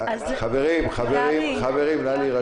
אנחנו גם נתחיל להעביר את רשימת המגעים שלא